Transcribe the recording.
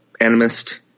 animist